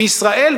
בישראל,